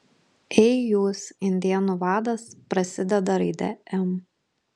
ei jūs indėnų vadas prasideda raide m